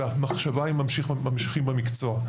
והמחשבה אם להמשיך במקצוע,